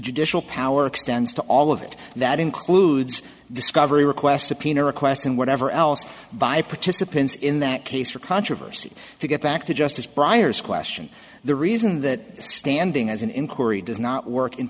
judicial power extends to all of it that includes discovery request subpoena requests and whatever else by participants in that case or controversy to get back to justice briar's question the reason that standing as an inquiry does not work in